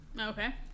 Okay